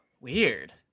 Weird